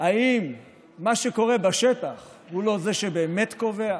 האם מה שקורה בשטח הוא לא מה שבאמת קובע?